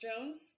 Jones